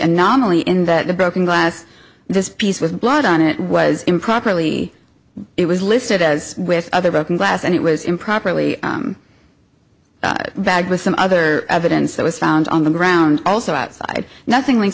anomaly in that the broken glass this piece with blood on it was improperly it was listed as with other broken glass and it was improperly bag with some other evidence that was found on the ground also outside nothing